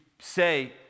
Say